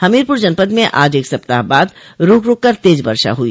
हमीरपूर जनपद में आज एक सप्ताह बाद रूक रूक कर तेज वर्षा हुई